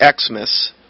Xmas